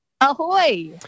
Ahoy